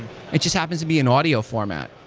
it just happens to be in audio format.